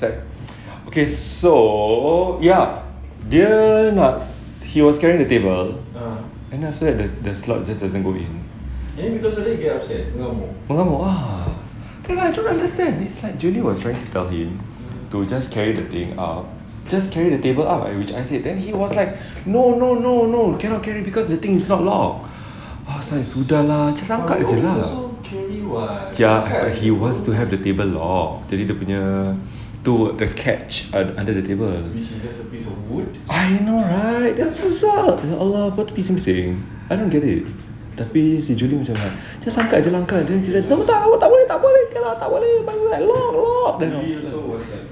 okay so ya dia nuts he was carrying the table and then after that the the slot just doesn't go in mengamuk ah then I don't understand it's like julie was trying to tell him to just carry the thing out just carry the table out like which I said then he was like no no no no cannot carry because the thing is not locked I was like sudah lah just angkat jer lah he wants to have the table locked jadi dia punya tu a catch under the table I know right that's a assault ya allah lepas tu bising-bising I don't get it tapi si julie macam just angkat jer lah kau then kita tak boleh tak boleh tak boleh like lock lock